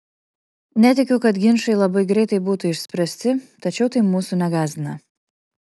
netikiu kad ginčai labai greitai būtų išspręsti tačiau tai mūsų negąsdina